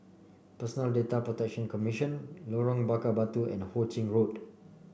Personal Data Protection Commission Lorong Bakar Batu and Ho Ching Road